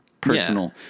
personal